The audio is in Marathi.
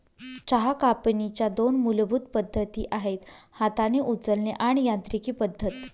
चहा कापणीच्या दोन मूलभूत पद्धती आहेत हाताने उचलणे आणि यांत्रिकी पद्धत